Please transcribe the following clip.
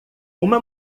uma